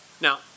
Now